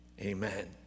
Amen